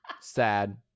Sad